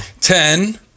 Ten